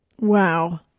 Wow